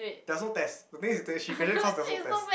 there're no test the thing is that she can really cause there's no test